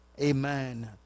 amen